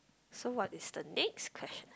so what is the next question